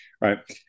right